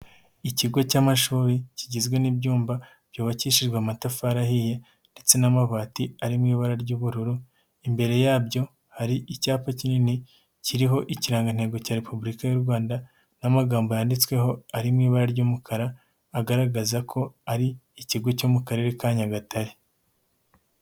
Ikigo cy'amashuri kigizwe n'ibyumba byubakishijwe amatafari ahiye ndetse n'amabati ari mu ibara ry'ubururu, imbere yabyo hari icyapa kinini kiriho ikirangantego cya repubulika y'u Rwanda n'amagambo yanditsweho ari mu ibara ry'umukara agaragaza ko ari ikigo cyo mu Karere ka Nyagatare.